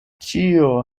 ĉio